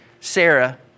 Sarah